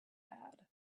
had